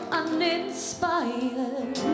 uninspired